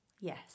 Yes